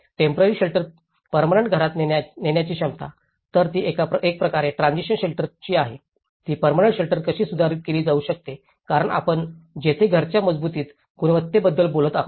temporary shelter permanent घरात नेण्याची क्षमता तर ती एका प्रकारच्या ट्रान्सिशन शेल्टरची आहे ती पर्मनंट शेल्टर कशी सुधारित केली जाऊ शकते कारण आपण तेथे घराच्या मजबूत गुणवत्तेबद्दल बोलत आहोत